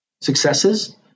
successes